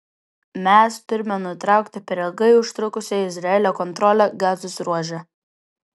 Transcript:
mes turime nutraukti per ilgai užtrukusią izraelio kontrolę gazos ruože